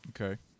Okay